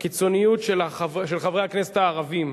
בקיצוניות של חברי הכנסת הערבים.